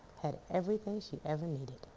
had everything she ever needed.